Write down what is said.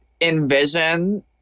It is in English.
envision